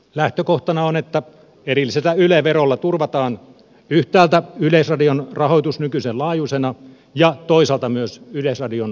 lähtökohtana on että erillisellä yle verolla turvataan yhtäältä yleisradion rahoitus nykyisen laajuisena ja toisaalta myös yleisradion riippumattomuus